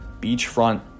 beachfront